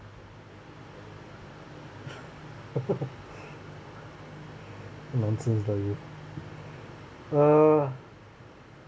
nonsense lah you uh